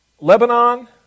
Lebanon